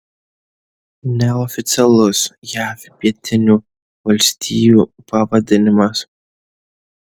neoficialus jav pietinių valstijų pavadinimas